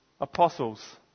apostles